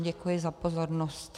Děkuji za pozornost.